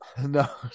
No